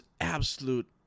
absolute